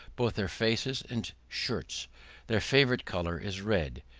both their faces and shirts their favourite colour is red.